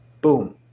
boom